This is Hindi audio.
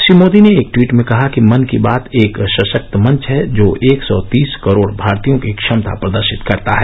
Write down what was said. श्री मोदी ने एक ट्वीट में कहा कि मन की बात एक सशक्त मंच है जो एक सौ तीस करोड़ भारतीयों की क्षमता प्रदर्शित करता है